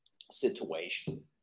situation